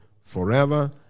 forever